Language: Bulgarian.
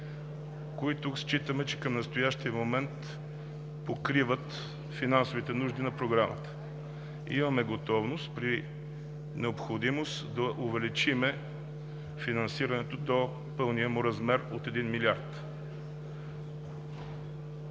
които считаме, че към настоящия момент покриват финансовите нужда на Програмата. Имаме готовност при необходимост да увеличим финансирането до пълния му размер от 1 милиард.